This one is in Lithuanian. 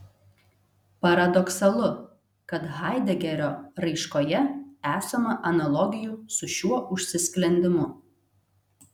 paradoksalu kad haidegerio raiškoje esama analogijų su šiuo užsisklendimu